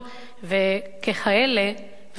וככאלה,